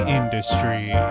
industry